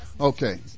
Okay